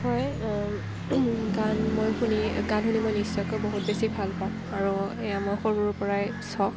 হয় গান মই শুনি গান শুনি মই নিশ্চয়কৈ বহুত বেছি ভালপাওঁ আৰু এইয়া মোৰ সৰুৰ পৰাই চখ